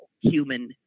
human